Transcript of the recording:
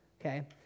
okay